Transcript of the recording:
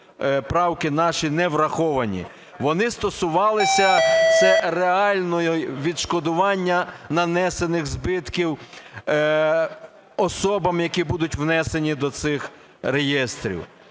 правки наші не враховані. Вони стосувалися це реального відшкодування нанесених збитків особам, які будуть внесені до цих реєстрів.